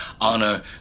Honor